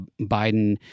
Biden